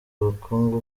ubukungu